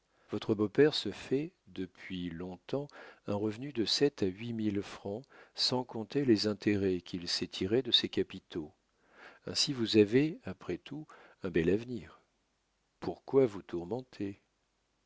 votre beau-père se fait depuis long-temps un revenu de sept à huit mille francs sans compter les intérêts qu'il sait tirer de ses capitaux ainsi vous avez après tout un bel avenir pourquoi vous tourmenter